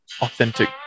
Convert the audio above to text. authentic